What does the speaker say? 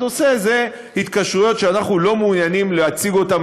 עושה אלה התקשרויות שאנחנו לא מעוניינים להציג אותן